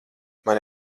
man